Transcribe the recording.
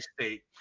state